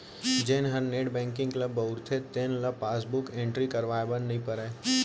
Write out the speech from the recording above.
जेन हर net banking ल बउरथे तेन ल पासबुक एंटरी करवाए बर नइ परय